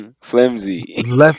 Flimsy